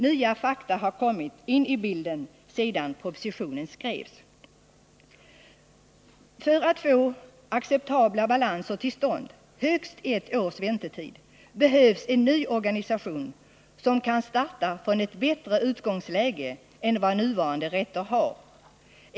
Nya fakta har kommit in i bilden sedan propositionen skrevs. För att åstadkomma acceptabla balanser och högst ett års väntetid behövs en ny organisation som kan starta från ett bättre utgångsläge än vad nuvarande rätter har.